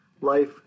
life